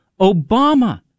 Obama